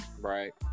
right